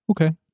Okay